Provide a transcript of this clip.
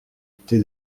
été